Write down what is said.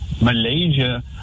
Malaysia